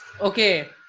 Okay